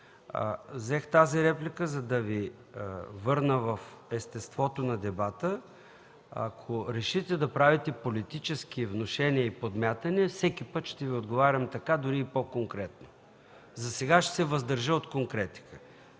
Взех тази реплика, за да Ви върна в естеството на дебата. Ако решите да правите политически внушения и подмятания, всеки път ще Ви отговарям така, дори и по-конкретно. Засега ще се въздържа от конкретика,